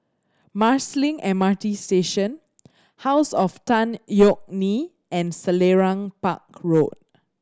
Marsiling M R T Station House of Tan Yeok Nee and Selarang Park Road